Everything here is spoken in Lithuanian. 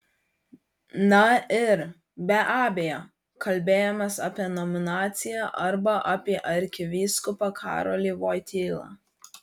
na ir be abejo kalbėjomės apie nominaciją arba apie arkivyskupą karolį voitylą